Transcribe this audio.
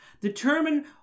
Determine